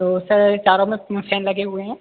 तो सर चारों में फैन लगे हुए हैं